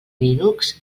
linux